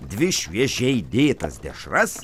dvi šviežiai įdėtas dešras